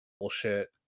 bullshit